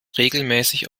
regelmäßig